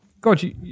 God